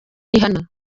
rihanna